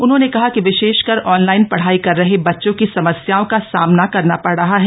उन्होंने कहा कि विशेषकर ऑनलाइन ढ़ाई कर रहे बच्चों को समस्याओं का सामना करना ड़ रहा है